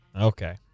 Okay